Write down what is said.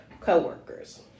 co-workers